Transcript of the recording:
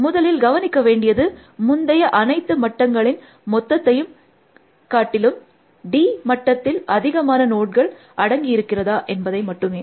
முதலில் கவனிக்க வேண்டியது முந்தைய அனைத்து மட்டங்களின் மொத்தத்தையும் காட்டிலும் d மட்டத்தில் அதிகமான நோட்கள் அடங்கியிருக்கிறதா என்பதை மட்டுமே